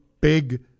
big